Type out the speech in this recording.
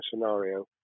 scenario